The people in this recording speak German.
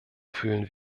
fühlen